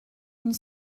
une